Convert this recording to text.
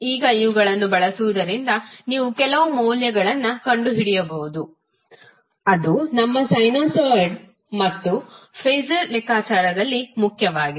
ಈಗ ಇವುಗಳನ್ನು ಬಳಸುವುದರಿಂದ ನೀವು ಕೆಲವು ಮೌಲ್ಯಗಳನ್ನು ಕಂಡುಹಿಡಿಯಬಹುದು ಅದು ನಮ್ಮ ಸೈನುಸಾಯ್ಡ್ ಮತ್ತು ಫಾಸರ್ ಲೆಕ್ಕಾಚಾರದಲ್ಲಿ ಮುಖ್ಯವಾಗಿದೆ